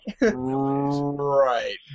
Right